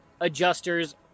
Adjuster's